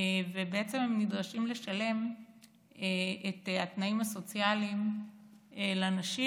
ובעצם הם נדרשים לשלם את התנאים הסוציאליים לנשים.